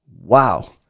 Wow